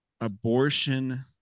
abortion